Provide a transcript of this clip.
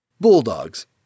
Bulldogs